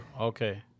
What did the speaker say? Okay